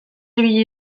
ibili